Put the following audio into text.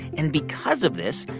and because of this,